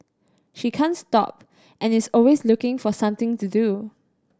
she can't stop and is always looking for something to do